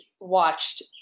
watched